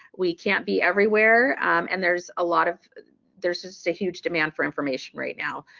we can't be everywhere and there's a lot of there's just a huge demand for information right now.